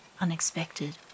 unexpected